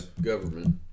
government